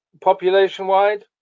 Population-wide